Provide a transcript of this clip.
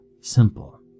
simple